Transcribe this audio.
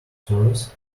service